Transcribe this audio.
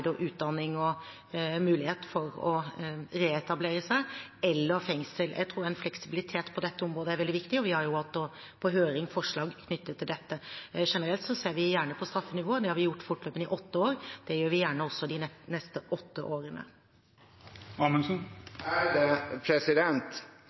utdanning og mulighet til å reetablere seg, og fengsel. Jeg tror en fleksibilitet på dette området er veldig viktig, og vi har hatt forslag knyttet til dette på høring. Generelt ser vi gjerne på straffenivået. Det har vi gjort fortløpende i åtte år. Det gjør vi gjerne også de neste åtte årene.